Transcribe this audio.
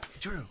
True